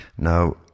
Now